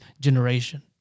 generation